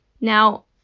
Now